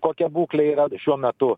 kokia būklė yra šiuo metu